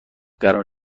قرار